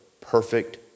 perfect